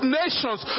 nations